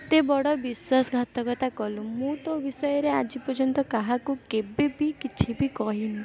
ଏତେ ବଡ଼ ବିଶ୍ୱାସ ଘାତକତା କଲୁ ମୁଁ ତୋ ବିଷୟରେ ଆଜି ପର୍ଯ୍ୟନ୍ତ କାହାକୁ କେବେବି କିଛି ବି କହିନି